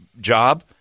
job